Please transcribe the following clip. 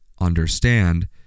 understand